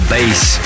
Bass